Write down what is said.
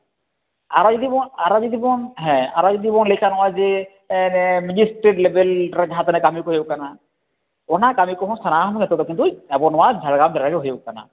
ᱟᱨᱚ ᱡᱩᱫᱤ ᱵᱚᱱ ᱟᱨᱚ ᱡᱩᱫᱤ ᱵᱚᱱ ᱦᱮᱸ ᱟᱨᱚ ᱡᱩᱫᱤ ᱵᱚᱱ ᱞᱟᱹᱭ ᱠᱷᱟᱱ ᱡᱮ ᱢᱮᱡᱤᱥᱴᱨᱮᱴ ᱞᱮᱵᱮᱞ ᱨᱮ ᱡᱟᱦᱟᱸᱛᱤᱱᱟᱹᱜ ᱠᱟᱹᱢᱤ ᱠᱚ ᱦᱩᱭᱩᱜ ᱠᱟᱱᱟ ᱚᱱᱟ ᱠᱟᱹᱢᱤ ᱠᱚᱦᱚᱸ ᱥᱟᱱᱟᱢ ᱱᱤᱛᱳᱜ ᱫᱚ ᱠᱤᱱᱛᱩ ᱟᱵᱚ ᱱᱚᱣᱟ ᱡᱷᱟᱲᱜᱨᱟᱢ ᱡᱮᱞᱟ ᱨᱮᱜᱮ ᱦᱩᱭᱩᱜ ᱠᱟᱱᱟ